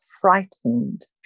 frightened